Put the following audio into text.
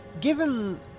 given